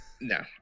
No